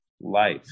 life